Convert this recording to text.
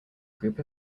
group